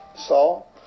Saul